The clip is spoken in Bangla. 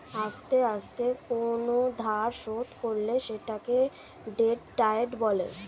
আস্তে আস্তে কোন ধার শোধ করলে সেটাকে ডেট ডায়েট বলে